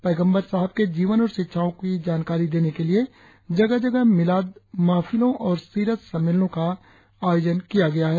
पैगम्बर साहब के जीवन और शिक्षाओ की जानकारी देने के लिए जगह जगह मिलाद महफिलों और सीरत सम्मेलनों का आयोजन किया गया है